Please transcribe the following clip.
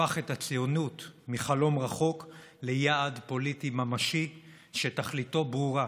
והפך את הציונות מחלום רחוק ליעד פוליטי ממשי שתכליתו ברורה: